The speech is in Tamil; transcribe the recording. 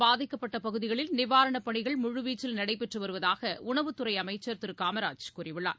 பாதிக்கப்பட்டபகுதிகளில் புயலினால் நிவாரணப் பணிகள் முழுவீச்சில் கஜ நடைபெற்றுவருவதாகஉணவுத்துறைஅமைச்சர் திருகாமராஜ் கூறியுள்ளார்